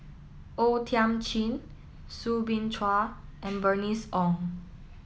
O Thiam Chin Soo Bin Chua and Bernice Ong